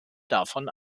davon